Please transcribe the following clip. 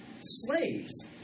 slaves